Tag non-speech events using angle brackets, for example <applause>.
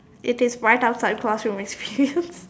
it is right outside classroom with you <laughs>